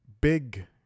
big